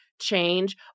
change